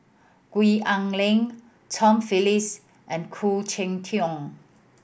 Gwee Ah Leng Tom Phillips and Khoo Cheng Tiong